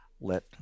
let